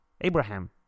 Abraham